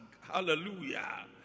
Hallelujah